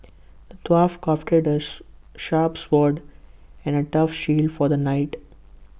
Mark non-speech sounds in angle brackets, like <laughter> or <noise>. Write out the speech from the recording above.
the dwarf crafted A <unintelligible> sharp sword and A tough shield for the knight